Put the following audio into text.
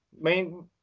main